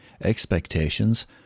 expectations